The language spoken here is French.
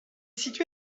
situé